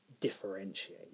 differentiate